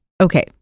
Okay